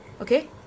Okay